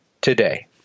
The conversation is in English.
today